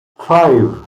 five